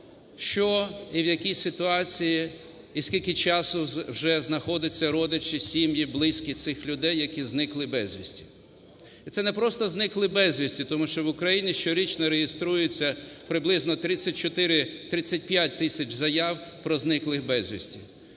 що і в якій ситуації, і скільки часу вже знаходяться родичі, сім'ї, близькі цих людей, які зниклибезвістіи. І це не просто зникли безвісти, тому що в Україні щорічно реєструються приблизно 34-35 тисяч заяв про зниклих безвісти,